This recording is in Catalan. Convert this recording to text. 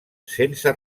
sense